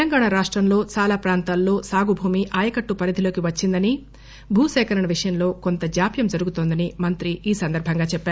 తెలంగాణ రాష్టంలో చాలా ప్రాంతాల్లో సాగుభూమి ఆయకట్టు పరిధిలోకి వచ్చిందని భూ సేకరణ విషయంలో కొంత జాప్యం జరుగుతోందని మంత్రి ఈ సందర్బంగా చెప్పారు